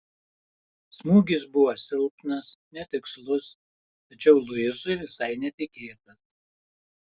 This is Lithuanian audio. smūgis buvo silpnas netikslus tačiau luisui visai netikėtas